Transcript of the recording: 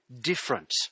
different